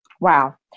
Wow